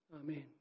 Amen